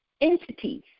entities